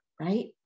right